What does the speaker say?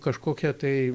kažkokia tai